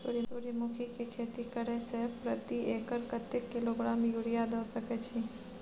सूर्यमुखी के खेती करे से प्रति एकर कतेक किलोग्राम यूरिया द सके छी?